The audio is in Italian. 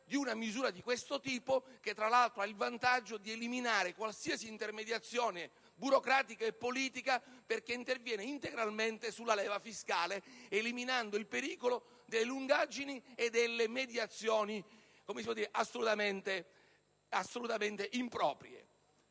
di una misura di questo tipo, che tra l'altro ha il vantaggio di eliminare qualsiasi intermediazione burocratica e politica, perché interviene integralmente sulla leva fiscale eliminando il pericolo delle lungaggini e delle mediazioni assolutamente improprie.